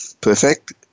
Perfect